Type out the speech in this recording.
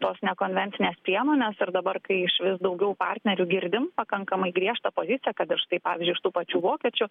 tos nekonvencinės priemonės ir dabar kai išvis daugiau partnerių girdim pakankamai griežtą poziciją kad ir štai pavyzdžiui iš tų pačių vokiečių